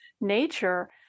nature